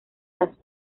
las